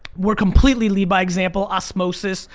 we're completely lead by example, osmosis,